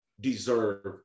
deserve